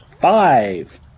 Five